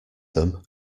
them